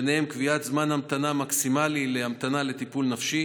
ובהם קביעת זמן המתנה מקסימלי להמתנה לטיפול נפשי